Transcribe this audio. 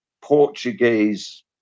Portuguese